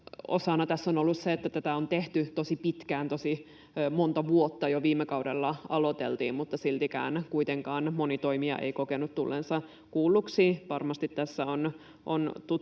osana tässä on ollut se, että tätä on tehty tosi pitkään, tosi monta vuotta. Jo viime kaudella aloiteltiin, mutta siltikään moni toimija ei kokenut tulleensa kuulluksi. Varmasti tässä on tutkimisen